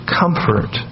comfort